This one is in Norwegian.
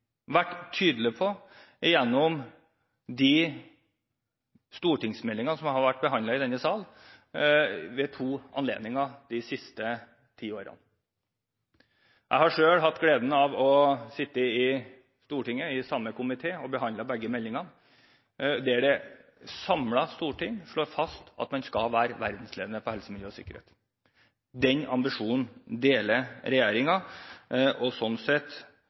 vært tydelig på gjennom de stortingsmeldingene som har vært behandlet i denne salen ved to anledninger de siste ti årene. Jeg har selv hatt gleden av å sitte i Stortinget i den komiteen som behandlet begge meldingene, der et samlet storting slår fast at man skal være verdensledende på helse, miljø og sikkerhet. Den ambisjonen deler regjeringen, og slik sett